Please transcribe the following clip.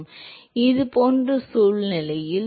உண்மையில் இது போன்ற சூழ்நிலைகள் உள்ளன